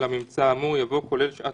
לייבא ולשווק את